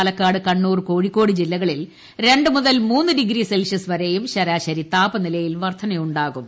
പാലക്കാട് കണ്ണൂർ കോഴിക്കോട് ജില്ലകളിൽ രണ്ട് മുതൽ മൂന്ന് ഡിഗ്രി സെൽഷ്യസ് വരെയും ശരാശരി താപനിലയിൽ വർധനവ് ഉണ്ടാകും